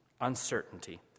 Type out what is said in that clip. uncertainty